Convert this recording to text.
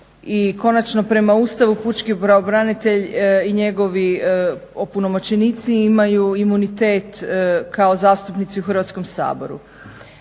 I konačno prema Ustavu pučki pravobranitelj i njegovi opunomoćenici imaju imunitet kao zastupnici u Hrvatskom saboru.